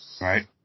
Right